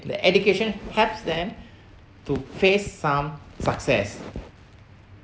the education helps them to face some success